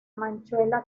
manchuela